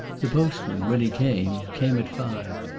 the postman, when he came, came at five,